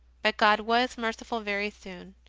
but god was merciful very soon.